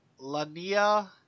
Lania